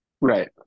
Right